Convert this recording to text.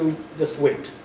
just wait.